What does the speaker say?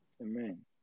amen